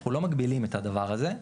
אנחנו לא מגבילים את הדבר הזה,